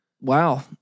wow